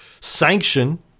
sanction